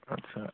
आच्चा